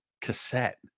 cassette